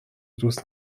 دوست